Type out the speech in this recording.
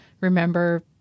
remember